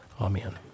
Amen